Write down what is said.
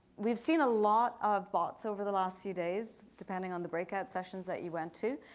we've seen a lot of bots over the last few days depending on the breakout sessions that you went to,